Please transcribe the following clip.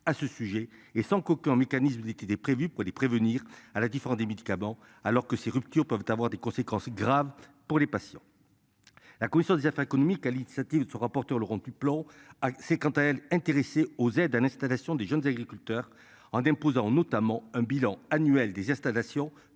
à ce sujet et sans qu'aucun mécanisme qui était prévu pour les prévenir. À la différence des médicaments alors que ces ruptures peuvent avoir des conséquences graves pour les patients. La commission des affaires économiques à l'initiative de son rapporteur Laurent Duplomb assez quant à elle, intéressée aux aides à l'installation des jeunes agriculteurs en imposant notamment un bilan annuel des installations